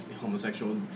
homosexual